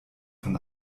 von